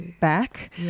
back